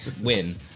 Win